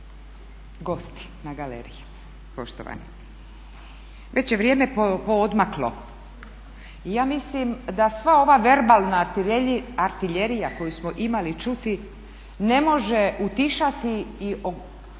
gosti na galeriji poštovani. Već je vrijeme poodmaklo i ja mislim da sva ova verbalna artiljerija koju smo imali čuti ne može utišati i